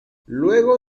luego